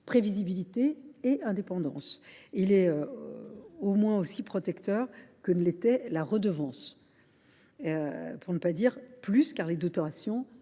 prévisibilité et indépendance. Il est au moins aussi protecteur que ne l’était la redevance, pour ne pas dire plus, car les dotations